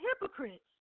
hypocrites